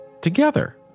together